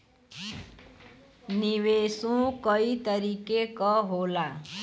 निवेशो कई तरीके क होला